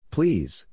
Please